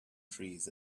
trees